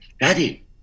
Daddy